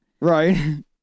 Right